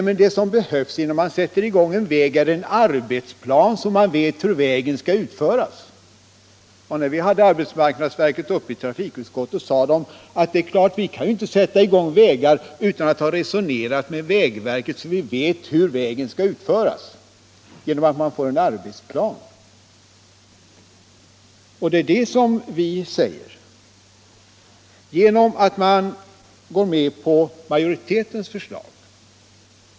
Men det som behövs innan man sätter i gång byggandet av en väg är en arbetsplan, så att man vet hur vägen skall utföras. När vi hade arbetsmarknadsverkets representanter upp i trafikutskottet sade dessa: Det är klart att vi inte kan sätta i gång vägbyggen utan att ha resonerat med vägverket, så att vi vet hur vägen skall utföras genom att vi får en arbetsplan. Det är också detta vi säger. Vad händer om man går med på utskottsmajoritetens förslag?